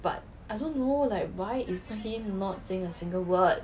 but I don't know like why is he not saying a single word